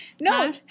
No